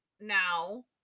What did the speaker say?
now